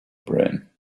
brain